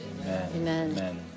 amen